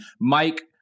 Mike